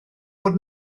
bod